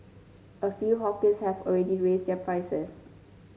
a few hawkers have already raised their prices